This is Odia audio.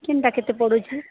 କେନ୍ଟା କେତେ ପଡ଼ୁଛି